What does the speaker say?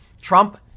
Trump